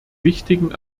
wichtigen